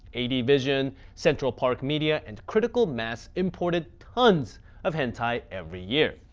advision, central park media, and critical mass imported tons of hentai every year.